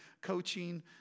coaching